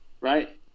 right